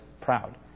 proud